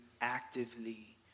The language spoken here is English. actively